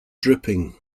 dripping